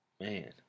man